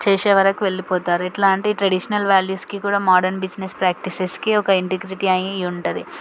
చేసే వరకు వెళ్ళిపోతారు ఎట్లా అంటే ట్రెడిషనల్ వాల్యూస్కి కూడా మోడర్న్ బిజినెస్ ప్రాక్టీసెస్కి ఒక ఇంటిగ్రిటీ అయి ఉంటది